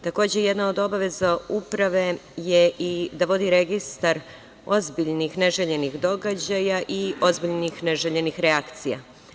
Takođe, jedna od obaveza Uprave je i da vodi registar ozbiljnih neželjenih događaja, i ozbiljnih neželjenih reakcija.